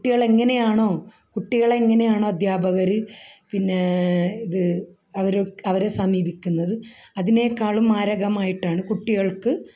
കുട്ടികൾ എങ്ങനെയാണോ കുട്ടികൾ എങ്ങനെയാണോ അധ്യാപകർ പിന്നെ ഇത് അവർ അവരെ സമീപിക്കുന്നത് അതിനെക്കാളും മാരകമായിട്ടാണ് കുട്ടികൾക്ക്